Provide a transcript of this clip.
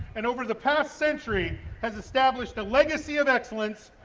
and over the past century has established a legacy of excellence,